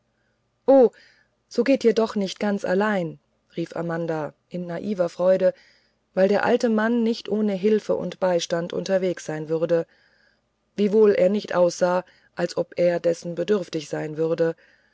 o so geht ihr doch nicht ganz allein rief amanda in naiver freude weil der alte mann nicht ohne hilfe und beistand unterwegs sein würde wiewohl er nicht aussah als ob er dessen bedürftig sein würde